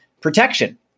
protection